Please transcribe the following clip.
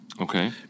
Okay